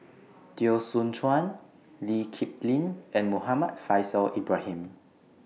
Teo Soon Chuan Lee Kip Lin and Muhammad Faishal Ibrahim